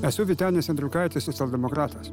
esu vytenis andriukaitis socialdemokratas